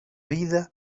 vida